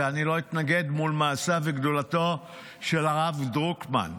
ואני לא אתנגד מול מעשיו וגדולתו של הרב דרוקמן.